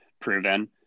proven